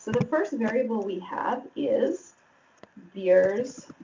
the first variable we have is beers